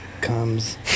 comes